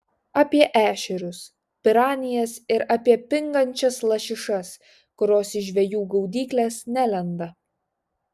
apie ešerius piranijas ir apie pingančias lašišas kurios į žvejų gaudykles nelenda